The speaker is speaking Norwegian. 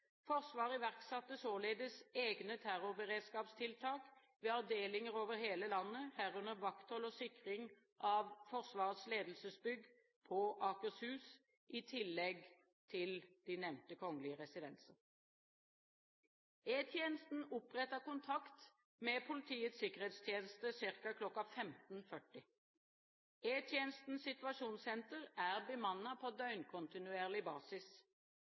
Forsvaret iverksatte således egne terrorberedskapstiltak ved avdelinger over hele landet, herunder vakthold og sikring av Forsvarets ledelsesbygg på Akershus, i tillegg til de nevnte kongelige residenser. E-tjenesten opprettet kontakt med Politiets sikkerhetstjeneste ca. kl. 15.40. E-tjenestens situasjonssenter er bemannet på døgnkontinuerlig basis.